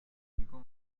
提供